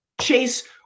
Chase